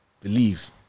Believe